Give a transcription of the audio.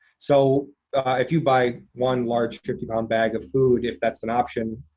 so if you buy one large fifty pound bag of food, if that's an option,